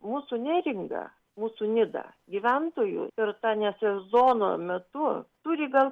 mūsų neringa mūsų nida gyventojų ir ta ne sezono metu turi gal